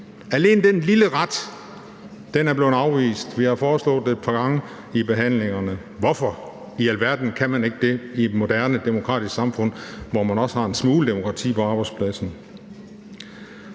Alene den lille ret er blevet afvist. Vi har foreslået det et par gange under behandlingerne. Hvorfor i alverden kan man ikke have det i et moderne demokratisk samfund, hvor man også har en smule demokrati på arbejdspladsen?